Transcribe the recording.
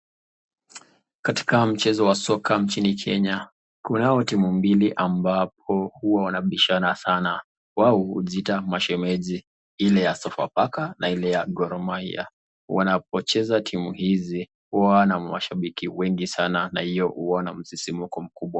Katika mchezo wa soka nchini Kenya kunao timu mbili ambapo huwa wanabishana sana. Wao hujiita mashemeji ile ya Sofapaka na ile ya Goh Mahia. Wanapocheza timu hizi huwa na mashambiki wengi sana na hio huwa na msisimko mkubwa.